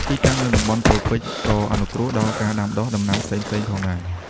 ទីតាំងនៅតំបន់ត្រូពិចក៏អនុគ្រោះដល់ការដាំដុះដំណាំផ្សេងៗផងដែរ។